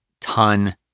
ton